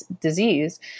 disease